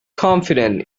confident